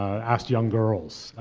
asked young girls,